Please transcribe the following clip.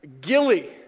Gilly